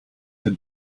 had